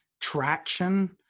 traction